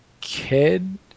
kid